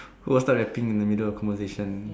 who will start rapping in the middle of the conversation